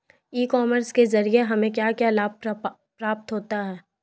ई commerce के ज़रिए हमें क्या क्या लाभ प्राप्त होता है?